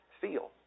feel